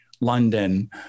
London